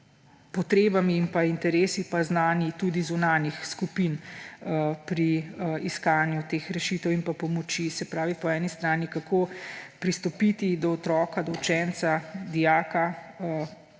potrebami in interesi ter znanji tudi zunanjih skupin pri iskanju teh rešitev in pomoči. Se pravi, po eni strani, kako pristopiti do otroka, do učenca, dijaka,